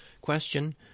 question